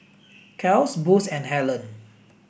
Kiehl's Boost and Helen